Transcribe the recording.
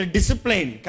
Discipline